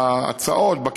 בהצעות, בכיוונים.